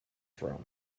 from